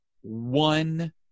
one